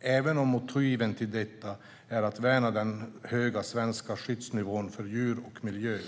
även om motivet till detta är att värna den höga svenska skyddsnivån för djur och miljö.